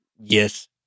Yes